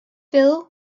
phil